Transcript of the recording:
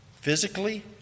Physically